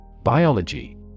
Biology